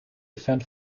event